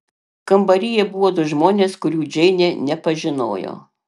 kambaryje buvo du žmonės kurių džeinė nepažinojo